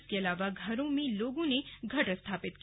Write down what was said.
इसके अलावा घरों में लोगों ने घट स्थापित किया